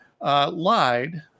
Lied